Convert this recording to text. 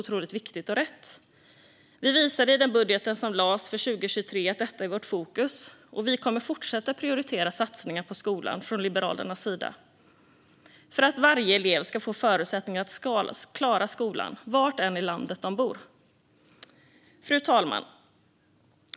Vi visade i den budget som lades för 2023 att detta är vårt fokus, och vi kommer att fortsätta att prioritera satsningar på skolan från Liberalernas sida för att varje elev ska få förutsättningar att klara skolan var i landet de än bor. Fru talman!